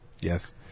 Yes